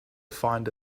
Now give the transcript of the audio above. find